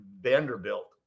Vanderbilt